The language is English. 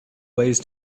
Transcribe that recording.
ways